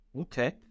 okay